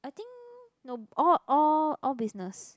I think no all all all business